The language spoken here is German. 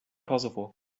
kosovo